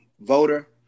voter